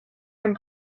dem